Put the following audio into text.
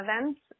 events